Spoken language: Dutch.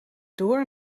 door